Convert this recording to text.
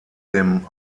dem